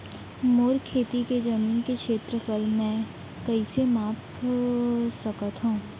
मोर खेती के जमीन के क्षेत्रफल मैं कइसे माप सकत हो?